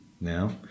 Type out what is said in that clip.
now